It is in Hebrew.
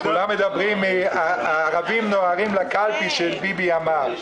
כולם מדברים על ה"הערבים נוהרים לקלפי" שאמר ביבי,